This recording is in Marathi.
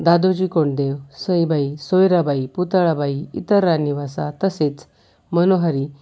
दादोजी कोंडदेव सईबाई सोयराबाई पुतळाबाई इतर राणीवसा तसेच मनोहारी